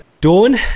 Dawn